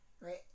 right